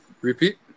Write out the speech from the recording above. Repeat